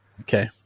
Okay